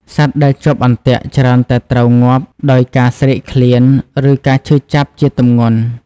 សត្វដែលជាប់អន្ទាក់ច្រើនតែត្រូវងាប់ដោយការស្រេកឃ្លាន ឬការឈឺចាប់ជាទម្ងន់។